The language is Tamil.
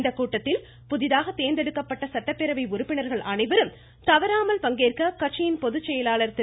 இந்த கூட்டத்தில் புதிதாக தேர்ந்தெடுக்கப்பட்ட சட்டப்பேரவை உறுப்பினர்கள் தவறாமல் பங்கேற்க கட்சியின் பொதுச்செயலாளர் திரு